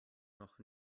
noch